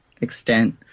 extent